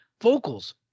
vocals